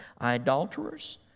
idolaters